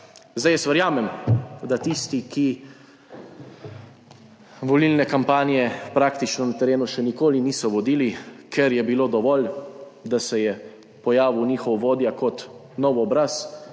Zdaj, jaz verjamem, da tisti, ki volilne kampanje praktično na terenu še nikoli niso vodili, ker je bilo dovolj, da se je pojavil njihov vodja kot nov obraz,